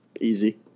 easy